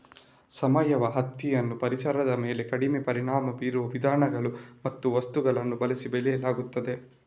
ಸಾವಯವ ಹತ್ತಿಯನ್ನು ಪರಿಸರದ ಮೇಲೆ ಕಡಿಮೆ ಪರಿಣಾಮ ಬೀರುವ ವಿಧಾನಗಳು ಮತ್ತು ವಸ್ತುಗಳನ್ನು ಬಳಸಿ ಬೆಳೆಯಲಾಗುತ್ತದೆ